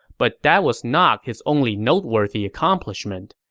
but that was not his only noteworthy accomplishment.